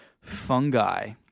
fungi